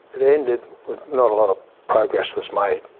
it ended with not a lot of progress was made.